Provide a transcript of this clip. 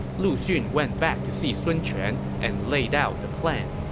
lu xun went back to see sun quan and laid out the plan.